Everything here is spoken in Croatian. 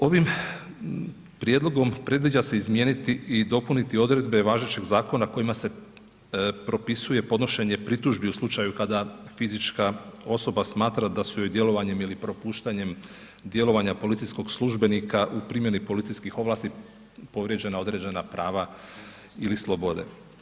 Ovim prijedlogom predviđa se izmijeniti i dopuniti odredbe važećeg zakona kojima se propisuje podnošenje pritužbu u slučaju kada fizička osoba smatra da su joj djelovanjem ili propuštanjem djelovanja policijskog službenika u primjeni policijskih ovlasti povrijeđena određena prava ili slobode.